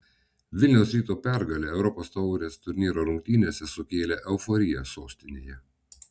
vilniaus ryto pergalė europos taurės turnyro rungtynėse sukėlė euforiją sostinėje